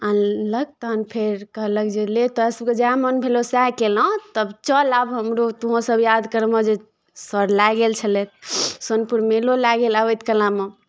अनलक तहन फेर कहलक जे ले तोरासभकेँ जएह मन भेलहु सएह कयलहुँ तब चल आब हमरो तोँसभ याद करमे जे सर लए गेल छलथि सोनपुर मेलो लए गेलाह अबैत कलामे